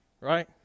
right